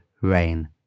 RAIN